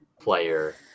player